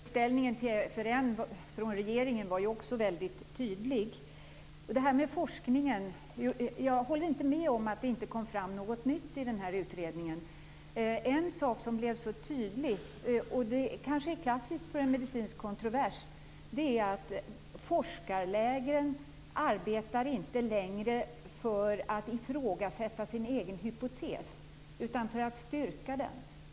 Herr talman! Beställningen till FRN från regeringen var ju också väldigt tydlig. När det gäller forskningen håller jag inte med om att det inte kom fram något nytt i den här utredningen. En sak som blev väldigt tydlig - och det kanske är klassiskt för en medicinsk kontrovers - är att forskarlägren inte längre arbetar för att ifrågasätta sina egna hypoteser. De arbetar i stället för att styrka dem.